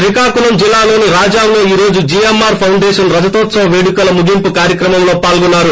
శ్రీకాకుళం జిల్లాలోని రాజాంలో ఈ రోజు జిఎమ్మార్ ఫౌండేషన్ రజతోత్సవ్ పేడుకల ముగింపు కార్యక్రమంలో పాల్గొన్నారు